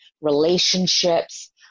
relationships